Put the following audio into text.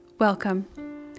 Welcome